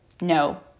no